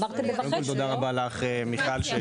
ענת, תודה רבה לך שהגעת.